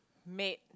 make